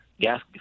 gas